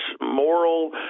moral